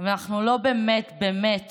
אבל אנחנו לא באמת באמת